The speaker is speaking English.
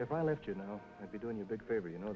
if i left you know i'd be doing you a big favor you know